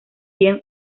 bien